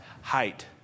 height